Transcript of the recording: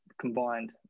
combined